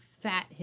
fat